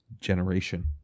generation